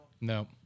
No